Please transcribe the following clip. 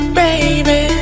baby